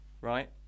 Right